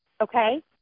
okay